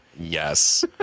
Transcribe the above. Yes